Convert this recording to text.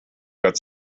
got